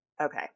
okay